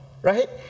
right